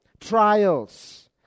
Trials